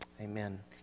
amen